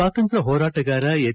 ಸ್ವಾತಂತ್ರ್ಯ ಹೋರಾಟಗಾರ ಹೆಚ್